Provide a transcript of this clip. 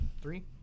Three